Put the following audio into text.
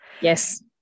Yes